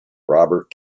robert